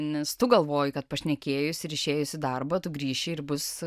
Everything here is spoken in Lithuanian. nes tu galvoji kad pašnekėjus ir išėjus į darbą tu grįši ir bus